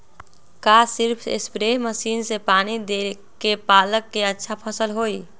का सिर्फ spray machine से पानी देके पालक के अच्छा फसल होई?